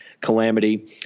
calamity